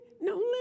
No